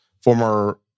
former